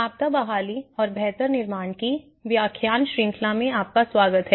आपदा बहाली और बेहतर निर्माण की व्याख्यान श्रृंखला में आपका स्वागत है